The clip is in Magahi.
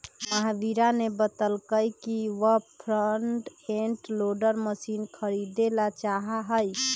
महावीरा ने बतल कई कि वह फ्रंट एंड लोडर मशीन खरीदेला चाहा हई